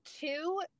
Two